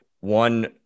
one